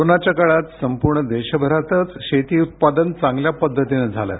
कोरोनाच्या काळात संपूर्ण देशभरातच शेती उत्पादन चांगल्या पद्धतीनं झालं आहे